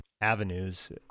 avenues